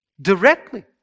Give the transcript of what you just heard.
Directly